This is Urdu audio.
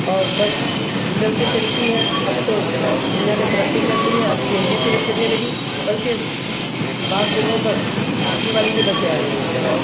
اور بس ڈیزل سے چلتی ہے اب تو دنیا نے ترقی کر لی ہے اب سی این جی سے بھی چلنے لگی بلکہ بعض جگہوں پر بجلی والی بھی بسیں آ گئی ہے